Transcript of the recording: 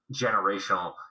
generational